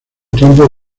tiempo